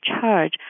charge